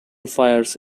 fires